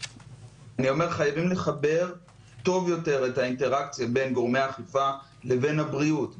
חייבים לחבר טוב יותר את האינטראקציה בין גורמי האכיפה לבין הבריאות.